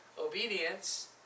obedience